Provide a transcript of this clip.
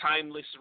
Timeless